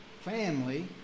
family